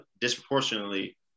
disproportionately